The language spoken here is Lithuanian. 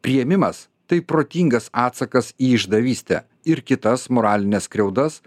priėmimas tai protingas atsakas į išdavystę ir kitas moralines skriaudas